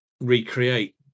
recreate